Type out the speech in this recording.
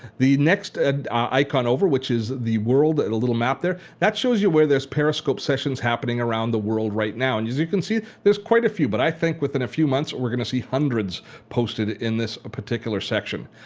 the next icon over which is the world and a little map there, that shows you where there's periscope sessions happening around the world right now. and as you can see there's quite a few but i think within a few months, we're going to see hundreds posted in this particular section.